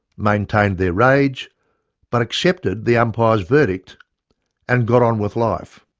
maintained their rage but accepted the umpire's verdict and got on with life.